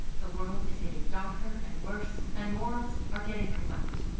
the world is getting darker and worse, and morals are getting corrupt.